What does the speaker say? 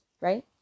right